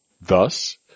Thus